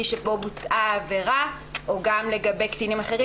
שבו בוצעה העבירה או גם לגבי קטינים אחרים?